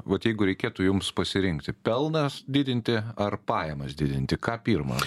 vat jeigu reikėtų jums pasirinkti pelnas didinti ar pajamas didinti ką pirma